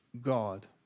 God